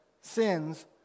sins